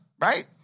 right